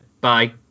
Bye